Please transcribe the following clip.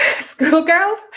schoolgirls